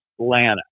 Atlanta